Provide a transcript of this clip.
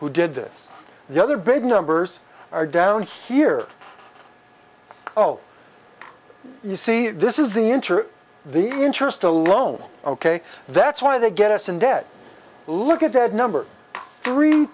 who did this the other big numbers are down here oh you see this is the enter the interest alone ok that's why they get us in debt look at that number three